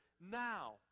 now